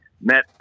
met